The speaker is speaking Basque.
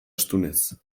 astunez